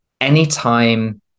Anytime